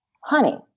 honey